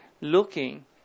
looking